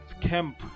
camp